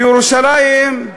בירושלים,